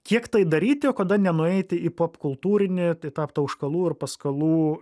kiek tai daryti o kada nenueiti į popkultūrinį tai tą tauškalų ir paskalų